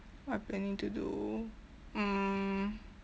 what I planning to do mm